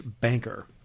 banker